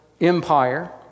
empire